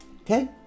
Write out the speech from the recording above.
okay